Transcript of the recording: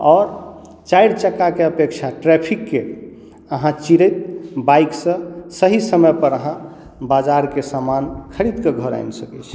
आओर चारि चक्का के अपेक्षा ट्रेफिकके अहाँ चीरैत बाइक सॅं सही समय पर अहाँ बाजारके समान खरीद कऽ घर आनि सकै छी